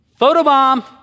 photobomb